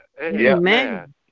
Amen